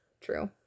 True